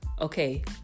okay